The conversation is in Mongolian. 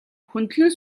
хөндлөн